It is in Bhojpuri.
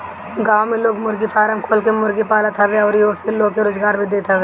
गांव में लोग मुर्गी फारम खोल के मुर्गी पालत हवे अउरी ओसे लोग के रोजगार भी देत हवे